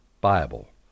Bible